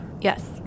Yes